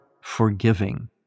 forgiving